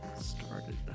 Started